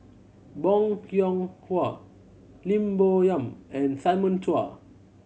Bong Hiong Hwa Lim Bo Yam and Simon Chua